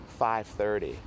5.30